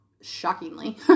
shockingly